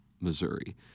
Missouri